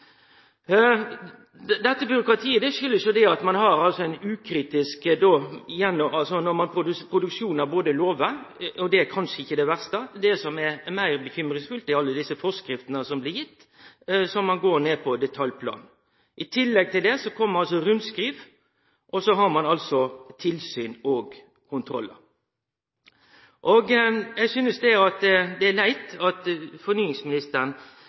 Dette byråkratiet kjem av at ein altså har ein ukritisk produksjon av lovar. Det er kanskje ikkje det verste. Det som er meir bekymringsfullt, er alle desse forskriftene dei gir, som går ned på detaljplan. I tillegg til dette kjem altså rundskriv, tilsyn og kontrollar. Eg synest det er leitt at ikkje fornyingsministeren – og heller ikkje representanten Ingalill Olsen – synest å ta dette på tilstrekkeleg alvor. Fornyingsministeren viser her til at det er